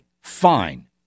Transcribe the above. Fine